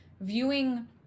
viewing